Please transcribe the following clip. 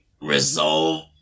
resolve